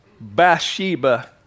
Bathsheba